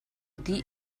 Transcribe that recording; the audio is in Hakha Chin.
dih